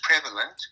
prevalent